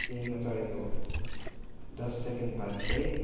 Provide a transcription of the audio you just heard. प्लेनमा चढेको दस सेकेन्ड बाद चाहिँ